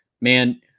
man